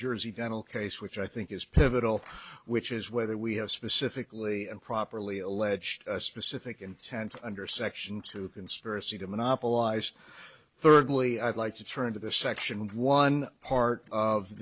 jersey dental case which i think is pivotal which is whether we have specifically and properly alleged a specific intent under section two conspiracy to monopolize thirdly i'd like to turn to the section one part of